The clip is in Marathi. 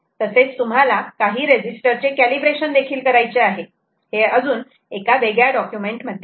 तसेच तुम्हाला काही रेजीस्टर चे कॅलिब्रेशन देखील करायचे आहे हे अजून वेगळ्या डॉक्युमेंट मध्ये आहे